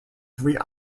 three